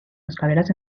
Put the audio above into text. escaleras